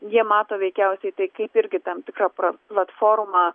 jie mato veikiausiai tai kaip irgi tam tikrą pra platformą